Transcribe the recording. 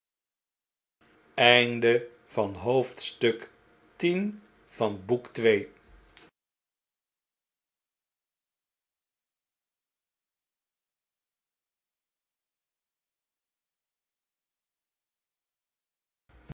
gezichten van het